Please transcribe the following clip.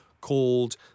called